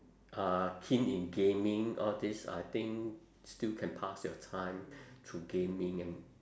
are keen in gaming all these I think still can pass your time through gaming and